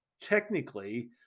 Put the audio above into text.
Technically